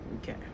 okay